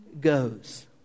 goes